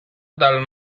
dal